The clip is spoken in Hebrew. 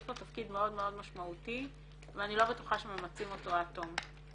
תפקיד מאוד מאוד משמעותי ואני לא בטוחה שממצים אותו עד תום.